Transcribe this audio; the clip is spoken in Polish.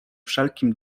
wszelkim